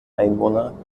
einwohner